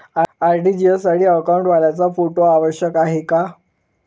RTGS साठी अकाउंटवाल्याचा photo आवश्यक आहे का?